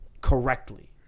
correctly